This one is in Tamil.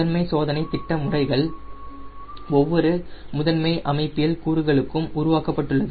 முதன்மை சோதனை திட்ட முறைகள் ஒவ்வொரு முதன்மை அமைப்பியல் கூறுகளுக்கும் உருவாக்கப்பட்டுள்ளது